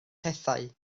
pethau